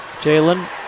Jalen